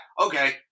okay